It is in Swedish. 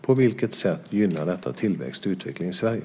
På vilket sätt gynnar det tillväxt och utveckling i Sverige?